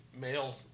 male